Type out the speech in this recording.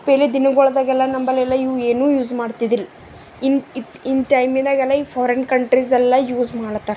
ದಿನಗಳಾದಾಗೆಲ್ಲ ನಂಬಲ್ಲೆಲ್ಲ ಇವು ಏನೂ ಯೂಸ್ ಮಾಡ್ತಿದಿಲ್ಲ ಇನ್ನ ಇತ್ತ ಇನ್ನ ಟೈಮಿನಾಗೆಲ್ಲ ಈ ಫಾರೀನ್ ಕಂಟ್ರೀಸ್ದೆಲ್ಲ ಯೂಸ್ ಮಾಡ್ಲತ್ತಾರ